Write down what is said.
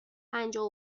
پنجاه